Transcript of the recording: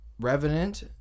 Revenant